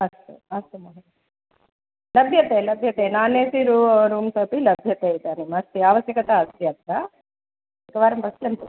अस्तु अस्तु महोदय लभ्यते लभ्यते नान् ए सि रूमस् अपि लभ्यते इदानीं अस्ति आवश्यकता अस्ति अत्र एकवारं पश्यन्तु